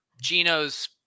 Gino's